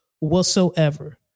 Whatsoever